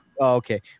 Okay